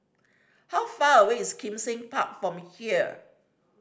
how far away is Kim Seng Park from here